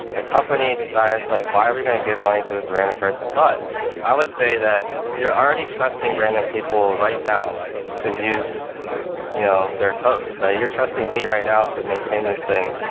a company decides like why are we going to give money to this random person? but i would say that you're already trusting random people right now to use you know their code. you're trusting me right now to maintain this thing,